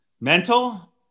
mental